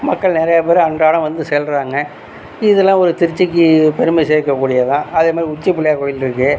மக்கள் நிறைய பேர் அன்றாடம் வந்து செல்றாங்க இதுல்லாம் ஒரு திருச்சிக்கு பெருமை சேர்க்கக்கூடியது தான் அதே மாதிரி உச்சிப்பிள்ளையார் கோவில்லிருக்கு